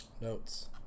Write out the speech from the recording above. Notes